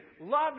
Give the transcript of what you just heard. love